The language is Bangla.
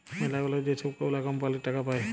ম্যালাগুলা যে ছব গুলা কম্পালির টাকা পায়